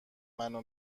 منو